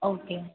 okay